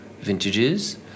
vintages